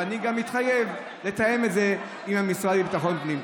ואני גם מתחייב לתאם את זה עם המשרד לביטחון פנים.